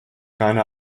keine